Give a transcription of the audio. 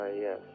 yes